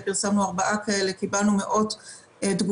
ביקשנו לשמוע הכול על עבודת המטה שלהם